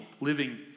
living